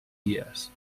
dies